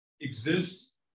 exists